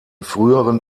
früheren